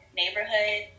neighborhood